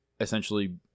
essentially